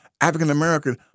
African-American